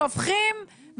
שופכים,